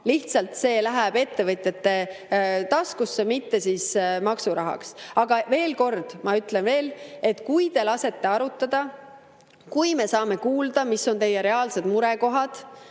Lihtsalt see läheb ettevõtjate taskusse, mitte maksurahaks. Aga ma ütlen veel kord: laske arutada, et me saaksime kuulda, mis on teie reaalsed murekohad,